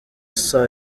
saa